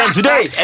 today